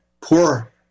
poor